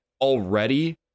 already